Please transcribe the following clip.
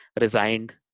resigned